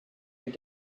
your